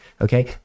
Okay